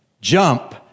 jump